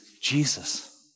Jesus